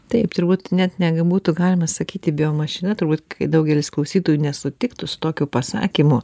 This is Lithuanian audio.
taip turbūt net ne g būtų galima sakyti bijo mašina turbūt kai daugelis klausytojų nesutiktų su tokiu pasakymu